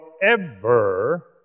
forever